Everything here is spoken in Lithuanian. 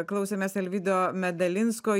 klausėmės alvydo medalinsko